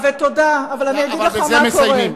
אבל בזה מסיימים.